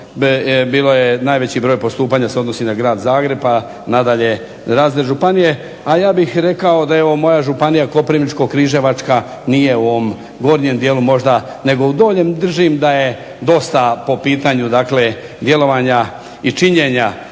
bilo je najveći broj postupanja se odnosi na Grad Zagreb pa nadalje razne županije. A ja bih rekao da je moja županija Koprivničko-križevačka nije u ovom gornjem dijelu možda nego u donjem. Držim da je dosta po pitanju djelovanja i činjenja